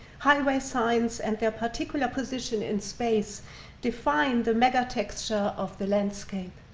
highway signs and their particular position in space define the mega texture of the landscape.